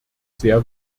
sehr